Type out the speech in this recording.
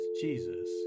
Jesus